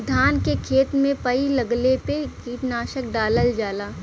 धान के खेत में पई लगले पे कीटनाशक डालल जाला